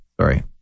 Sorry